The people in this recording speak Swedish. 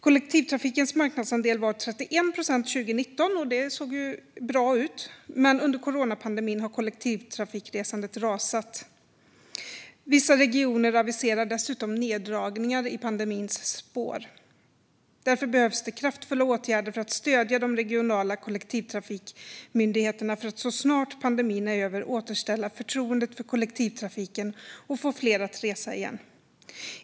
Kollektivtrafikens marknadsandel var 31 procent 2019, och det såg bra ut, men under coronapandemin har kollektivtrafikresandet rasat. Vissa regioner aviserar dessutom neddragningar i pandemins spår. Därför behövs det kraftfulla åtgärder för att stödja de regionala kollektivtrafikmyndigheterna för att så snart pandemin är över återställa förtroendet för kollektivtrafiken och få fler att resa igen.